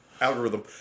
algorithm